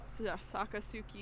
Sakasuki